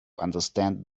understand